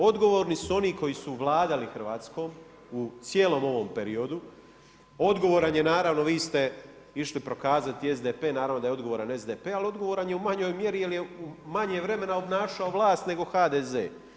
Odgovorni su oni koji su vladali Hrvatskom u cijelom ovom periodu, odgovoran je naravno, vi ste išli prokazati SDP, naravno da je odgovoran SDP ali odgovoran je u manjoj mjeri jel je manje vremena obnašao vlast nego HDZ.